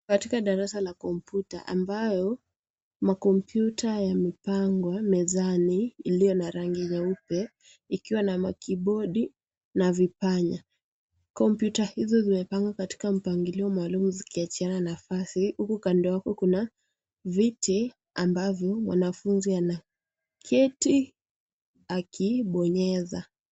Katika darasa la kompyuta ambayo makompyuta yamepangwa mezani iliyo na rangi nyeupe , ikiwa na makibodi na vipanya. Kompyuta hizo zimepangwa katika mpangilio maalumu zikiachiana nafasi huku kando yake kuna viti ambavyo mwanafunzi anaketi akibonyeza.